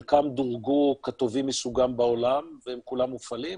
חלקם דורגו כטובים מסוגם בעולם והם כולם מופעלים,